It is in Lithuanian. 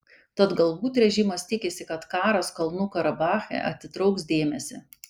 tad galbūt režimas tikisi kad karas kalnų karabache atitrauks dėmesį